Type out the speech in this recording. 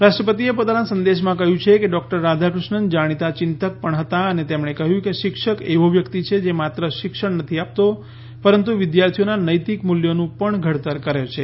રાષ્ટ્રપતિએ પોતાના સંદેશામાં કહ્યું છે કે ડોક્ટર રાધાકૃષ્ણન જાણીતા ચિંતક પણ હતાં અને તેમણે કહ્યું હતું કે શિક્ષક એવો વ્યક્તિ છે કે જે માત્ર શિક્ષણ નથી આપતો પરંતુ વિદ્યાર્થીઓના નૈતિક મૂલ્યોનું પણ ઘડતર કરે છે